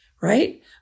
right